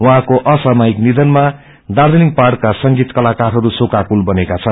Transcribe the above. उहाँको असामायिक निधनमा दार्जालिङ पहाउ का संगीत कताकारहरू शोक्रकूल बनेका छन्